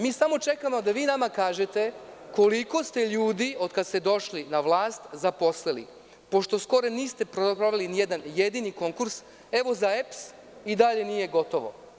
Mi samo čekamo da vi nama kažete koliko ste ljudi, od kad ste došli na vlast, zaposlili, pošto skoro niste sproveli ni jedan jedini konkurs, evo za EPS i dalje nije gotovo.